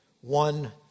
one